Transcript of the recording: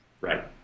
Right